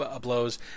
blows